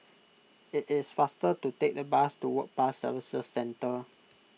it is faster to take the bus to Work Pass Services Centre